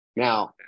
Now